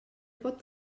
pot